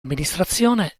amministrazione